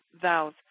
vows